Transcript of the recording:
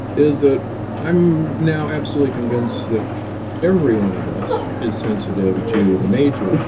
is that i'm now absolutely convinced that every one of us is sensitive to the major like